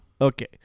Okay